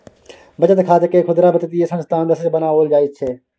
बचत खातकेँ खुदरा वित्तीय संस्थान दिससँ बनाओल जाइत छै